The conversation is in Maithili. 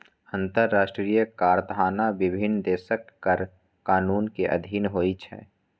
अंतरराष्ट्रीय कराधान विभिन्न देशक कर कानून के अधीन होइ छै